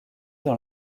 dans